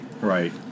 right